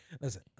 Listen